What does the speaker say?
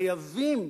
חייבים,